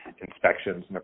inspections